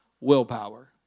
willpower